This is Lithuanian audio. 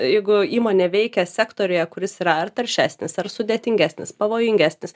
jeigu įmonė veikia sektoriuje kuris yra ar taršesnis ar sudėtingesnis pavojingesnis